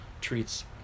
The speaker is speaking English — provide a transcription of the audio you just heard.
treats